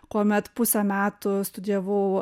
kuomet pusę metų studijavau